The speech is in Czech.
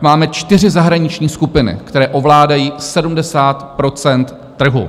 Máme čtyři zahraniční skupiny, které ovládají 70 % trhu.